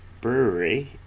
brewery